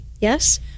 Yes